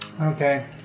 Okay